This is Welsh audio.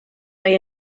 mae